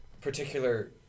particular